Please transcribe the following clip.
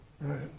Right